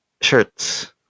shirts